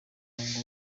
kayumba